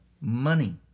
Money